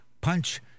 Punch